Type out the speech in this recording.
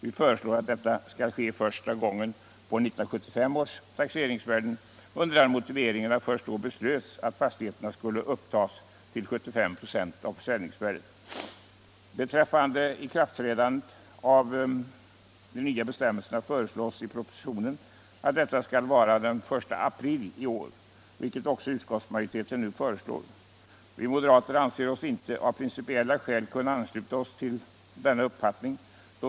Vi föreslår att detta skall ske första gången på 1975 års taxeringsvärden under den motiveringen att först då beslöts att fastigheterna skulle upptagas till 75 926 av försäljningsvärdet. Tiden för ikraftträdandet av de nya bestämmelserna föreslås i propositionen vara den 1 april i år, vilket också utskottsmajoriteten nu föreslår. Vi moderater anser oss av principiella skäl inte kunna ansluta oss till denna uppfattning.